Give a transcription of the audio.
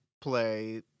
play